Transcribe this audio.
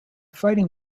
fighting